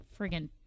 friggin